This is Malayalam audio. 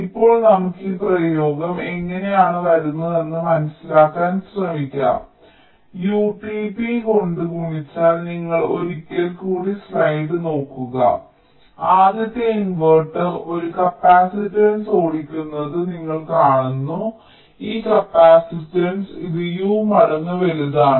ഇപ്പോൾ നമുക്ക് ഈ പ്രയോഗം എങ്ങനെയാണ് വരുന്നത് എന്ന് മനസ്സിലാക്കാൻ ശ്രമിക്കാം U tp കൊണ്ട് ഗുണിച്ചാൽ നിങ്ങൾ ഒരിക്കൽ കൂടി സ്ലൈഡ് നോക്കുക ആദ്യത്തെ ഇൻവെർട്ടർ ഒരു കപ്പാസിറ്റൻസ് ഓടിക്കുന്നത് നിങ്ങൾ കാണുന്നു ഈ കപ്പാസിറ്റൻസ് ഇത് U മടങ്ങ് വലുതാണ്